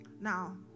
now